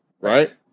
right